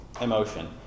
emotion